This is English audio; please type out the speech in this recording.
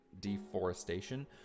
deforestation